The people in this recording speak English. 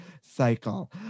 cycle